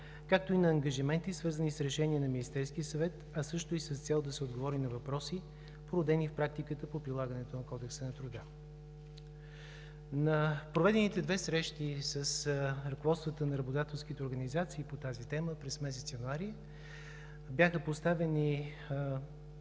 както и на ангажименти, свързани с решение на Министерския съвет, а също и с цел да се отговори на въпроси, породени в практиката по прилагането на Кодекса на труда. На проведените две срещи с ръководствата на работодателските организации по тази тема през месец януари бяха поставени